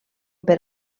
per